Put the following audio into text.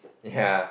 ya